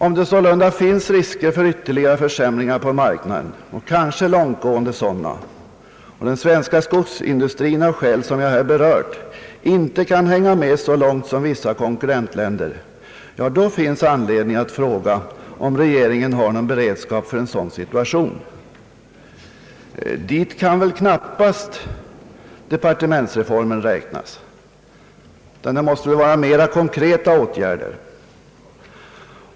Om det sålunda finns risker för ytterligare försämringar på marknaden — och kanske långt gående sådana — och den svenska skogsindustrin av skäl som jag här berört inte kan hänga med så långt som industrin i vissa konkurrentländer, ja, då finns det anledning att fråga om regeringen har någon beredskap för en sådan situation. Dit kan väl knappast departementsreformen räknas, utan det måste väl vara mera konkreta åtgärder.